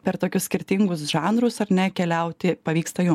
per tokius skirtingus žanrus ar ne keliauti pavyksta